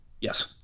Yes